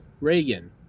Reagan